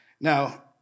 Now